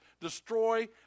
destroy